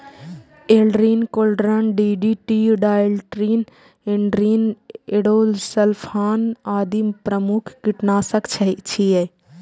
Aldrin, chlordane, DDT, dieldrin, endrin, endosulfan आदि प्रमुख कीटनाशक छियै